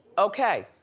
okay,